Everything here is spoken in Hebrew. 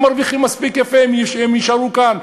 הם מרוויחים מספיק יפה והם יישארו כאן.